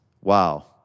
Wow